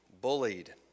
bullied